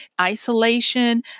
Isolation